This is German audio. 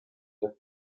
der